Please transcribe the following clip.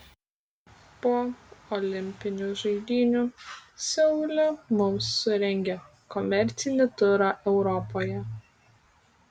po olimpinių žaidynių seule mums surengė komercinį turą europoje